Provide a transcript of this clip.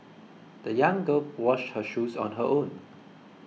the young girl washed her shoes on her own